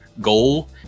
goal